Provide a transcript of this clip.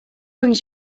brings